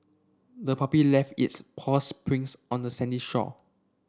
the puppy left its paws prints on the sandy shore